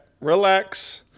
relax